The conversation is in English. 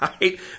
right